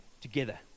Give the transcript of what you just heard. together